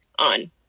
on